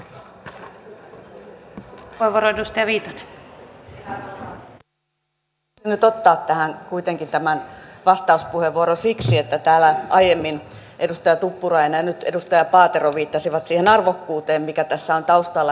halusin nyt ottaa tähän kuitenkin tämän vastauspuheenvuoron siksi että täällä aiemmin edustaja tuppurainen ja nyt edustaja paatero viittasivat siihen arvokkuuteen mikä tässä on taustalla